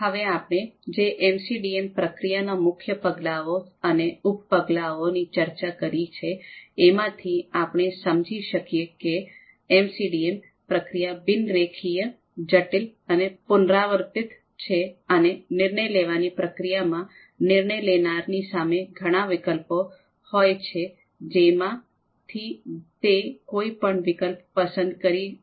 હવે આપણે જે એમસીડીએમ પ્રક્રિયાના મુખ્ય પગલાઓ અને ઉપ પગલાઓની ચર્ચા કરી છે એમાં થી આપણે સમજી શકીએ છીએ કે એમસીડીએમ પ્રક્રિયા બિન રૈખિક જટિલ અને પુનરાવર્તિત છે અને નિર્ણય લેવાની પ્રક્રિયા માં નિર્ણય લેનાર ની સામે ઘણા વિકલ્પો હોય છે જેમાં થી તે કોઈ પણ વિકલ્પ પસંદ કરી શકે છે